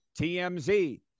TMZ